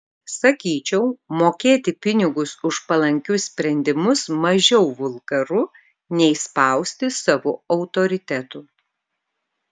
sakyčiau mokėti pinigus už palankius sprendimus mažiau vulgaru nei spausti savu autoritetu